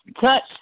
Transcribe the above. touch